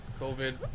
COVID